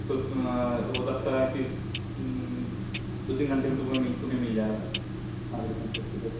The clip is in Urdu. ہو سکتا ہے کہ دو تین گھنٹے میں تم کو تمہیں مل جائے گا مائگریشن سرٹیفیکٹ